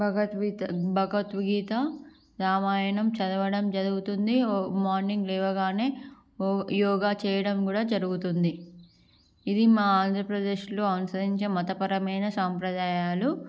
భగవత్బీత భగవద్గీత రామాయణం చదవడం జరుగుతుంది మార్నింగ్ లేవగానే యోగా చేయడం కూడా జరుగుతుంది ఇది మా ఆంధ్రప్రదేశ్ లో అనుసరించే మతపరమైన సాంప్రదాయాలు